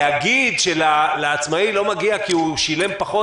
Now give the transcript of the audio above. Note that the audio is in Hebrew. להגיד שלעצמאי לא מגיע כי הוא שילם פחות,